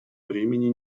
времени